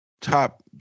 top